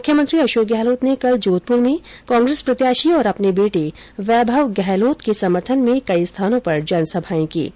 मुख्यमंत्री अशोक गहलोत ने कल जोधपुर में कांग्रेस प्रत्याशी और अपने बेटे वैभव गहलोत के समर्थन में कई स्थानों पर जनसभाएं कीं